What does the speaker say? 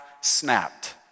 snapped